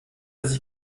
sich